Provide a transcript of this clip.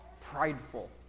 prideful